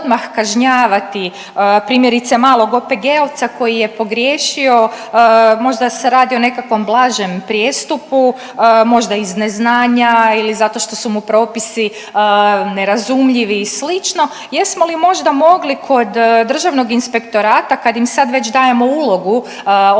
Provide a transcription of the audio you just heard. odmah kažnjavati primjerice malog OPG-ovca koji je pogriješio možda se radi o nekakvom blažem prijestupu, možda iz neznanja ili zato što su mu propisi nerazumljivi i slično, jesmo li možda mogli kod Državnog inspektorata kad im sad već dajemo ulogu onoga